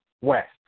West